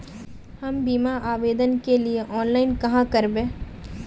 हम बीमा आवेदान के लिए ऑनलाइन कहाँ करबे?